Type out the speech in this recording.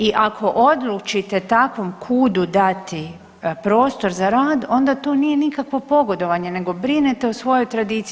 I ako odlučite takvom KUD-u dati prostor za rad onda to nije nikakvo pogodovanje nego brinete o svojoj tradiciji.